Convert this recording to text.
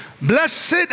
Blessed